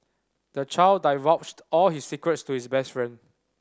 the child divulged all his secrets to his best friend